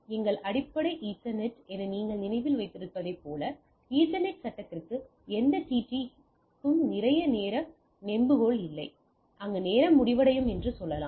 எங்கள் அடிப்படை ஈத்தர்நெட் என நீங்கள் நினைவில் வைத்திருப்பதைப் போல ஈத்தர்நெட் சட்டகத்திற்கு எந்த TT க்கும் நிறைய நேர நெம்புகோல் இல்லை அங்கு நேரம் முடிவடையும் என்று சொல்லலாம்